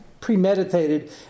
premeditated